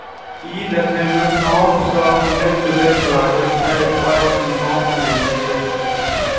ई देखै मे सौंफ सं मिलैत जुलैत लागै छै, पर ई सौंफ नै छियै